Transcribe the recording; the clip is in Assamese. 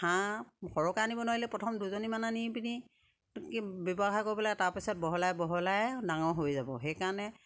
হাঁহ সৰহকে আনিব নোৱাৰিলে প্ৰথম দুজনীমান আনি পিনি ব্যৱহাৰ কৰি পেলাই তাৰপিছত বহলাই বহলাই ডাঙৰ হৈ যাব সেইকাৰণে